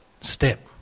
step